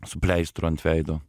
su pleistru ant veido